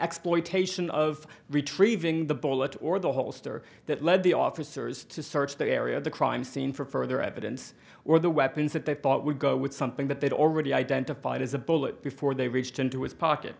exploitation of retrieving the bullet or the holster that led the officers to search the area of the crime scene for further evidence or the weapons that they thought would go with something that they'd already identified as a bullet before they reached into his pocket